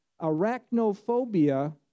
arachnophobia